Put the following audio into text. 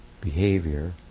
behavior